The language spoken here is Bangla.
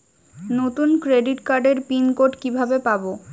নতুন ক্রেডিট কার্ডের পিন কোড কিভাবে পাব?